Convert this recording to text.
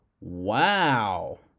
Wow